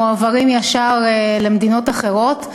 מועברים ישר למדינות אחרות,